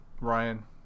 Ryan